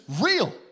real